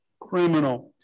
criminal